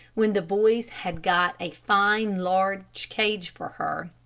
when the boys had got a fine, large cage for her.